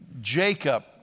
Jacob